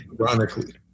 ironically